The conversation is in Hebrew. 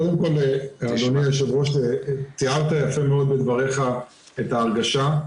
אדוני היו"ר, תיארת יפה מאוד בדבריך את ההרגשה.